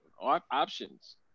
options